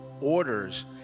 orders